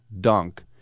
Dunk